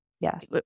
Yes